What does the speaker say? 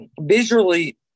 visually